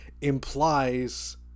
implies